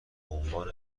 بعنوان